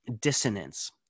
dissonance